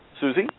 Susie